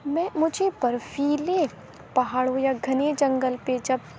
میں مجھے برفیلے پہاڑوں یا گھنے جنگل پہ جب